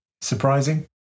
surprising